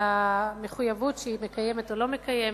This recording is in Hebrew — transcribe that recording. למחויבות שהיא מקיימת או לא מקיימת,